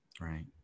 right